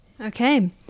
Okay